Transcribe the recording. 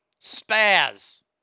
Spaz